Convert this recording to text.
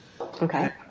Okay